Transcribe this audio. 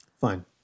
fine